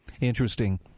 Interesting